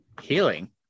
healing